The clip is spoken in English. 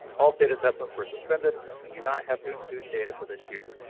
all state assessments were suspended and we do not have new student data for this year.